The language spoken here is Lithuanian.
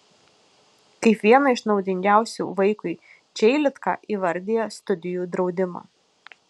kaip vieną iš naudingiausių vaikui čeilitka įvardija studijų draudimą